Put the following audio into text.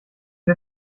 der